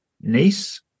niece